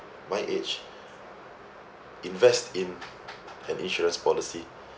my age invest in an insurance policy